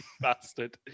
Bastard